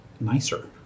nicer